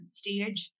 stage